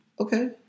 Okay